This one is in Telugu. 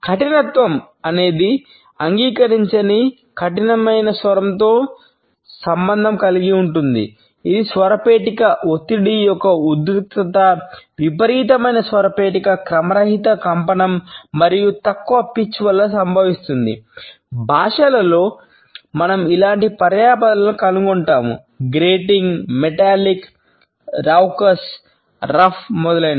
కఠినత్వం అనేది అంగీకరించని కఠినమైన స్వరంతో సంబంధం కలిగి ఉంటుంది ఇది స్వరపేటిక మొదలైనవి